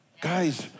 Guys